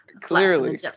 clearly